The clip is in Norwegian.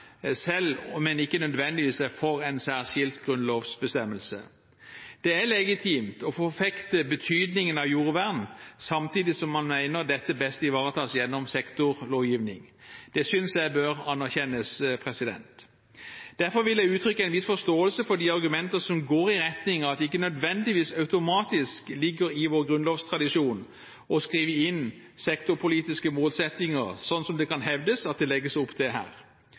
selv om en ikke nødvendigvis er for en særskilt grunnlovsbestemmelse. Det er legitimt å forfekte betydningen av jordvern, samtidig som man mener dette best ivaretas gjennom sektorlovgivning. Det synes jeg bør anerkjennes. Derfor vil jeg uttrykke en viss forståelse for de argumenter som går i retning av at det ikke nødvendigvis automatisk ligger i vår grunnlovstradisjon å skrive inn sektorpolitiske målsettinger, som det kan hevdes at det legges opp til her.